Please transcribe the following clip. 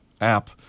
app